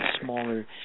smaller